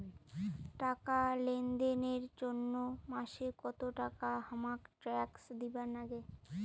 টাকা লেনদেন এর জইন্যে মাসে কত টাকা হামাক ট্যাক্স দিবার নাগে?